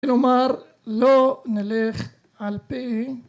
לומר לא נלך על פי